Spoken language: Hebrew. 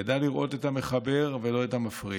ידע לראות את המחבר ולא את המפריד,